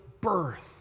birth